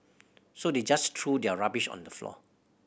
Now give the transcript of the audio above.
so they just threw their rubbish on the floor